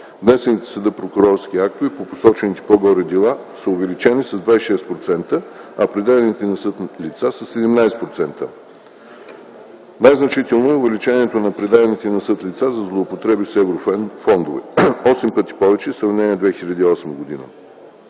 актове по посочените по-горе дела са увеличени с 26%, а предадените на съд лица със 17%. Най-значително е увеличението на предадените на съд лица за злоупотреби с еврофондове – 8 пъти повече в сравнение с 2008 г.